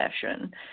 session